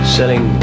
Selling